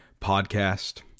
podcast